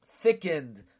Thickened